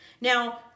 now